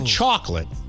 chocolate